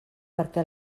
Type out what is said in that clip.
perquè